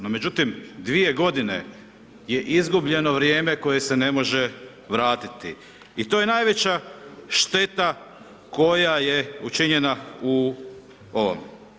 No, međutim, dvije godine je izgubljeno vrijeme koje se ne može vratiti i to je najveća šteta koja je učinjena u ovom.